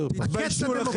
ישראל,